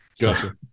Gotcha